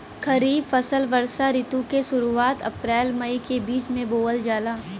खरीफ फसल वषोॅ ऋतु के शुरुआत, अपृल मई के बीच में बोवल जाला